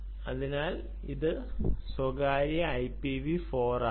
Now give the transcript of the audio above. അതിനാൽ ഇത് സ്വകാര്യ IPv4 ആകാം